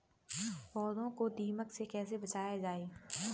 पौधों को दीमक से कैसे बचाया जाय?